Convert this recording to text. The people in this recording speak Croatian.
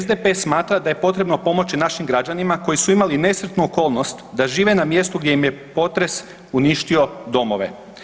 SDP smatra da je potrebno pomoći našim građanima koji su imali nesretnu okolnost da žive na mjestu gdje im je potres uništio domove.